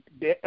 de